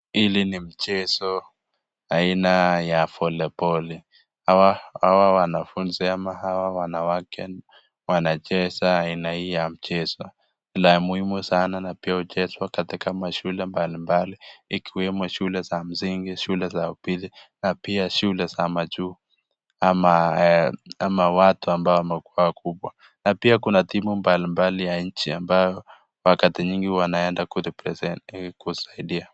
Hili ni mchezo aina ya velepoli hawa wanafunzi ama hawa wanawake wanacheza hii mchezo ni ya muhimu sana na uchezwa katika mashulu mbalimbali ikiwemo shule za upili na pia shule za majuu ama watu ambao wamekuwa wakubwa na pia Kuna timu mbalimbali wa nchi ambayo wakati nyingi wanaenda ku represent hili kusaidia.